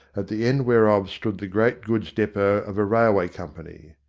at the end whereof stood the great goods depot of a railway company.